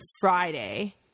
Friday